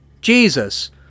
Jesus